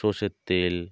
সরষের তেল